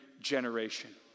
generation